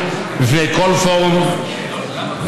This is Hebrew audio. שמעתי פה קודם